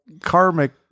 karmic